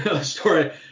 Story